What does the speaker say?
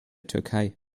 türkei